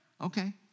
okay